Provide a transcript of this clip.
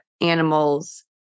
animals